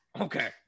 Okay